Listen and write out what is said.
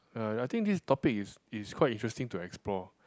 uh I think this topic is is quite interesting to explore